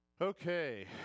Okay